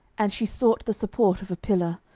and she sought the support of a pillar,